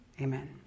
Amen